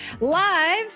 live